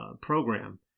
program